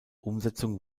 umsetzung